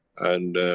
and.